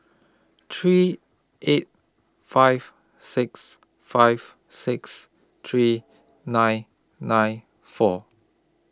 three eight five six five six three nine nine four